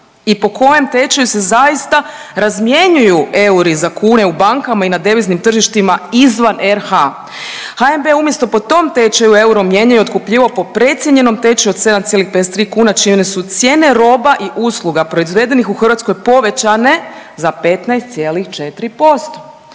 i po kojem tečaju se zaista razmjenjuju euri za kune u bankama i na deviznim tržištima izvan RH. HNB je umjesto po tom tečaju euro mijenjao i otkupljivao po precijenjenom tečaju od 7,53 kune čime su cijene roba i usluga proizvedenih u Hrvatskoj povećane za 15,4%